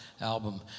album